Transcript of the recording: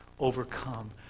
overcome